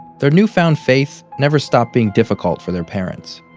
their new-found faith never stopped being difficult for their parents.